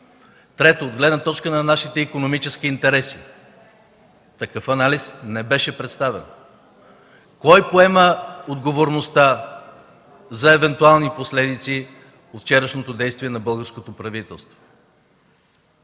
трето, от гледна точка на нашите икономически интереси. Такъв анализ не беше представен. Кой поема отговорността за евентуални последици от вчерашното действие на българското правителство?